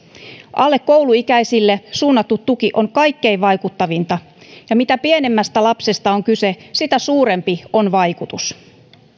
alle kouluikäisille suunnattu tuki on kaikkein vaikuttavinta ja mitä pienemmästä lapsesta on kyse sitä suurempi on vaikutus